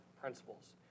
principles